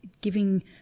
giving